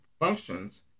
functions